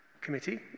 committee